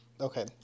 Okay